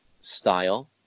style